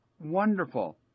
wonderful